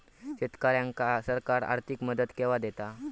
शेतकऱ्यांका सरकार आर्थिक मदत केवा दिता?